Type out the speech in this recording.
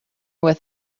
with